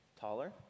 taller